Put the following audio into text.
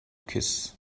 kiss